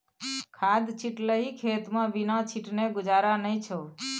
खाद छिटलही खेतमे बिना छीटने गुजारा नै छौ